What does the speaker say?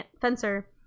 fencer